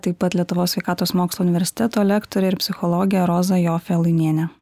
taip pat lietuvos sveikatos mokslų universiteto lektorė psichologė roza jofė lainienė